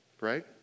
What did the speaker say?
right